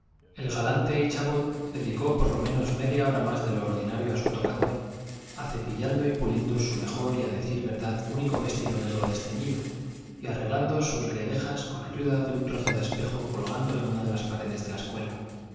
el galante íchabod dedicó por lo menos media hora más de lo ordinario a su tocador acepillando y puliendo su mejor y a decir verdad único vestido negro desteñido y arreglando sus guedejas con ayuda de un trozo de espejo colgado en una de las paredes de la escuela